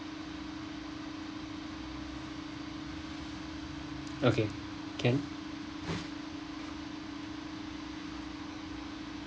okay can